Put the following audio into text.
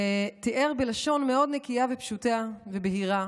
ותיאר בלשון מאוד נקייה ופשוטה ובהירה